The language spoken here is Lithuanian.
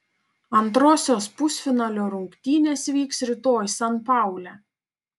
antrosios pusfinalio rungtynės vyks rytoj san paule